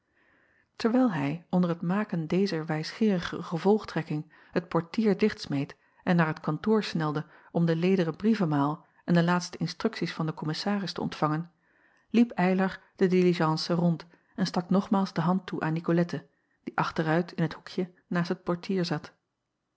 erwijl hij onder het ma acob van ennep laasje evenster delen ken dezer wijsgeerige gevolgtrekking het portier dichtsmeet en naar het kantoor snelde om de lederen brievemaal en de laatste instrukties van den kommissaris te ontvangen liep ylar de diligence rond en stak nogmaals de hand toe aan icolette die achteruit in t hoekje naast het portier zat